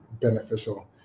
beneficial